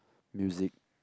music